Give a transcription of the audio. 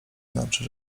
znaczy